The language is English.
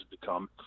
become